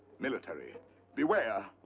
military beware,